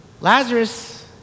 Lazarus